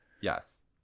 Yes